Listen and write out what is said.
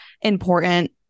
important